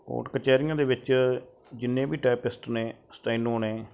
ਕੋਟ ਕਚਹਿਰੀਆਂ ਦੇ ਵਿੱਚ ਜਿੰਨੇ ਵੀ ਟਾਈਪਿਸਟ ਨੇ ਸਟੈਨੋ ਨੇ